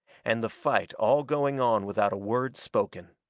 and the fight all going on without a word spoken.